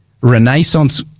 Renaissance